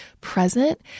present